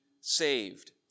saved